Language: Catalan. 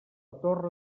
torre